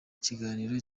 kiganiro